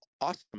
Awesome